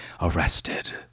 arrested